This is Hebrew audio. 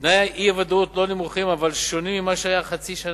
תנאי האי-ודאות לא נמוכים אבל שונים ממה שהיה חצי שנה.